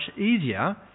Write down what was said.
easier